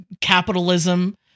capitalism